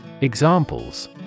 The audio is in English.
Examples